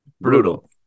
Brutal